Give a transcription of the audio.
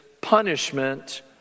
punishment